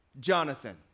Jonathan